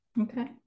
Okay